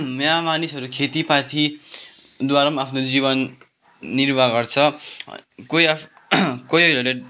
यहाँ मानिसहरू खेतीपातीद्वाराम् आफ्नो जीवन निर्वाह गर्छ कोही कोहीहरूले